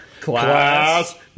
Class